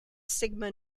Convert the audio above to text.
sigma